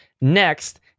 next